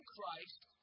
Christ